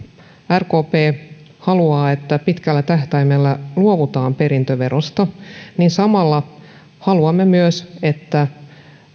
rkp haluaa että pitkällä tähtäimellä luovutaan perintöverosta haluamme myös että